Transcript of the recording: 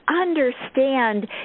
understand